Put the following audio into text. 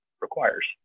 requires